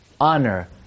honor